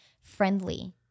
friendly